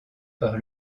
par